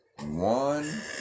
one